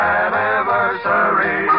anniversary